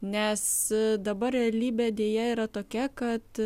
nes dabar realybė deja yra tokia kad